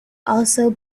also